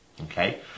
Okay